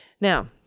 Now